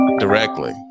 directly